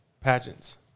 pageants